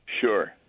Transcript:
Sure